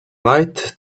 light